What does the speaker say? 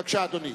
בבקשה, אדוני.